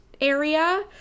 area